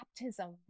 baptism